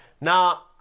now